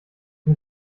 zum